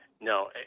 No